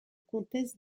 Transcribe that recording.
comtesse